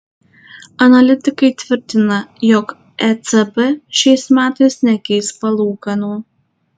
analitikai tvirtina jog ecb šiais metais nekeis palūkanų